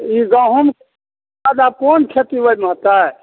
ई गहुँमके बाद आब कोन खेती ओहिमे होयतै